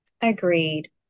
Agreed